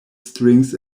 strings